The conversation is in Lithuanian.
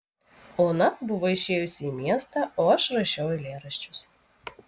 ona buvo išėjusi į miestą o aš rašiau eilėraščius